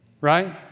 Right